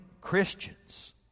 Christians